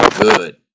good